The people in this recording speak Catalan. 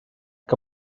que